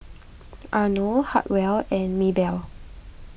Arno Hartwell and Maebelle